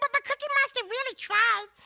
but but cookie monster really tried.